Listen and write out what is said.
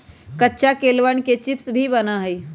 कच्चा केलवन के चिप्स भी बना हई